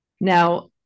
Now